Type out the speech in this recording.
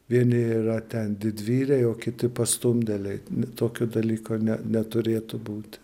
vieni yra ten didvyriai o kiti pastumdėliai tokio dalyko ne neturėtų būti